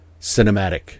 cinematic